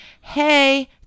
hey